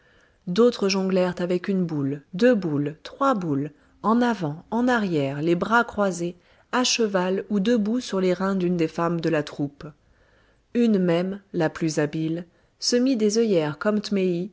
d'autres jonglèrent avec une boule deux boules trois boules en avant en arrière les bras croisés à cheval ou debout sur les reins d'une des femmes de la troupe une même la plus habile se mit des œillères